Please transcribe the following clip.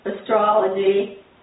astrology